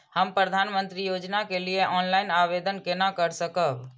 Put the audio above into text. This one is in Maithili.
हम प्रधानमंत्री योजना के लिए ऑनलाइन आवेदन केना कर सकब?